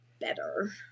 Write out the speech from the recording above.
better